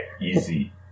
Easy